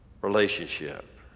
relationship